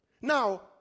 Now